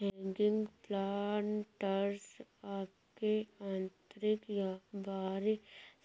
hanging planters आपके आंतरिक या बाहरी